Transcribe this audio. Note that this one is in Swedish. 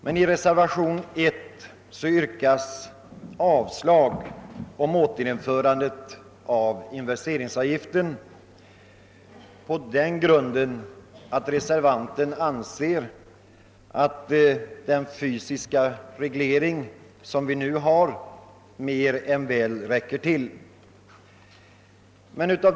I reservationen 1 yrkas avslag på förslaget att återinföra investeringsavgiften med den motiveringen, att reservanten anser att den fysiska reglering som vi nu har mer än väl räcker till.